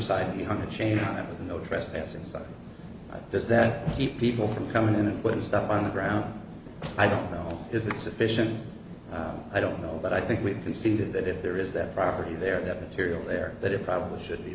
side of the hundred chain no trespassing sign does that keep people from coming in and put the stuff on the ground i don't know is it sufficient i don't know but i think we've conceded that if there is that property there that period there that it probably should be